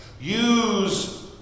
use